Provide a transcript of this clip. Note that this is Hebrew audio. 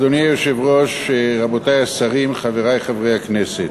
אדוני היושב-ראש, רבותי השרים, חברי חברי הכנסת,